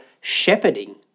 shepherding